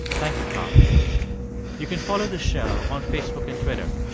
thank you, carl you can follow the show on facebook and twitter.